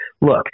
Look